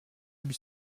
lui